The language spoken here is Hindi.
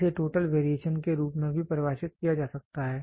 इसे टोटल वेरिएशन के रूप में भी परिभाषित किया जा सकता है